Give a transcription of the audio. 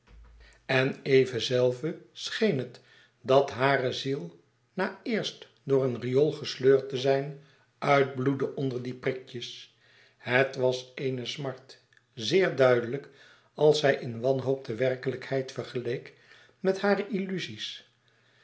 en eve zelve scheen het dat hare ziel na eerst door een riool gesleurd te zijn uitbloedde onder die prikjes het was eene smart zeer duidelijk als zij in wanhoop de werkelijkheid vergeleek met hare illuzies